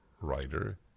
writer